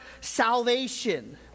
salvation